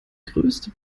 größte